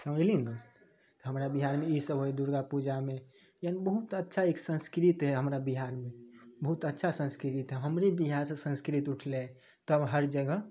समझलिही ने दोस्त हमरा बिहारमे ईसब होइ दुर्गापूजामे यानी बहुत अच्छा एक संस्कृत है हमरा बिहारमे बहुत अच्छा संस्कृत है हमरे बिहार से संस्कृत उठलै तब हर जगह